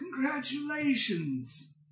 congratulations